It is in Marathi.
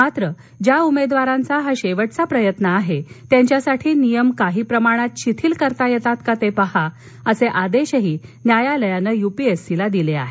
मात्र ज्या उमेदवारांचा हा शेवटचा प्रयत्न आहे त्यांच्यासाठी नियम काही प्रमाणात शिथिल करता येतात का ते पहा असे आदेशही न्यायालयानं यूपीएससीला दिले आहेत